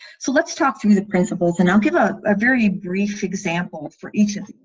so let's talk through the principles and i'll give us a very brief example for each.